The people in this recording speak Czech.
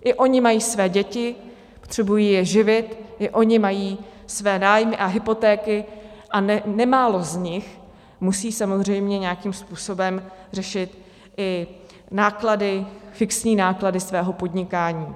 I oni mají své děti, potřebují je živit, i oni mají své nájmy a hypotéky, a nemálo z nich musí samozřejmě nějakým způsobem řešit i náklady, fixní náklady svého podnikání.